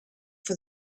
for